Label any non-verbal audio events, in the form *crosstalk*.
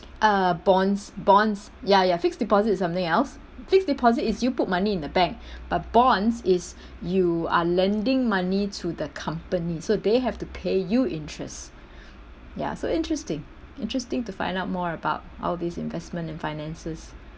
uh bonds bonds ya ya fixed deposit is something else fixed deposit is you put money in the bank *breath* but bonds is you are lending money to the company so they have to pay you interest *breath* ya so interesting interesting to find out more about all these investment in finances